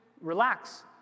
relax